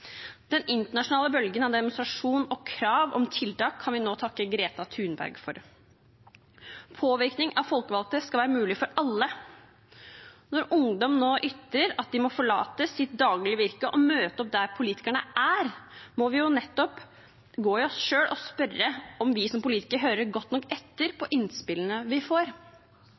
Den internasjonale bølgen av demonstrasjoner og krav om tiltak kan vi takke Greta Thunberg for. Påvirkning av folkevalgte skal være mulig for alle. Når ungdom nå ytrer at de må forlate sitt daglige virke og møte opp der politikerne er, må vi gå i oss selv og spørre om vi som politikere hører godt nok etter på innspillene vi får.